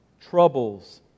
troubles